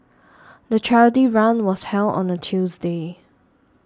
the charity run was held on a Tuesday